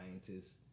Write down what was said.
Scientists